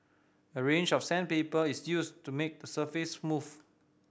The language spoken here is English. a range of sandpaper is used to make the surface smooth